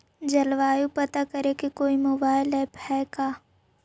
जलवायु पता करे के कोइ मोबाईल ऐप है का?